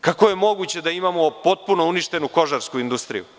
Kako je moguće da imamo potpuno uništenu kožarsku industriju?